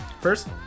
First